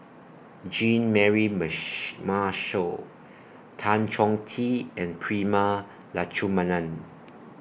Jean Mary mesh Marshall Tan Chong Tee and Prema Letchumanan